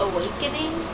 Awakening